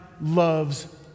loves